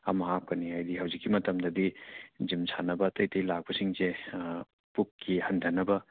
ꯑꯃ ꯍꯥꯞꯀꯅꯤ ꯍꯥꯏꯗꯤ ꯍꯧꯖꯤꯛꯀꯤ ꯃꯇꯝꯗꯗꯤ ꯖꯤꯝ ꯁꯥꯟꯅꯕ ꯑꯇꯩ ꯑꯇꯩ ꯂꯥꯛꯄꯁꯤꯡꯁꯦ ꯄꯨꯛꯀꯤ ꯍꯟꯊꯅꯕ